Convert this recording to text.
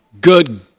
Good